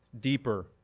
deeper